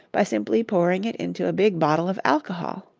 by simply pouring it into a big bottle of alcohol.